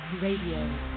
Radio